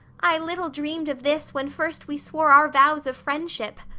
i little dreamed of this when first we swore our vows of friendship.